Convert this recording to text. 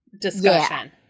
discussion